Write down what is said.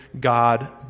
God